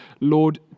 Lord